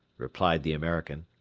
replied the american,